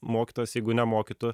mokytojas jeigu nemokytų